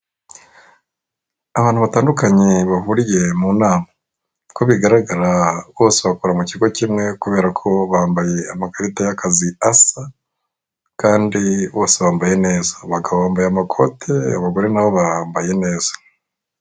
Abantu batandukanye bahuriye mu nama. Uko bigaragara bose bakora mu kigo kimwe, kubera ko bambaye amakarita y'akazi asa, kandi bose bambaye neza abagabo bambaye amakoti abagore nabo bambaye neza.